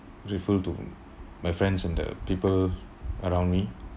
grateful to my friends and the people around me